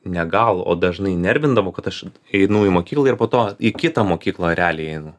ne gal o dažnai nervindavo kad aš einu į mokyklą ir po to į kitą mokyklą realiai einu